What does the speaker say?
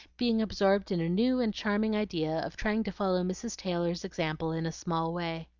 being absorbed in a new and charming idea of trying to follow mrs. taylor's example in a small way.